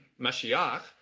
Mashiach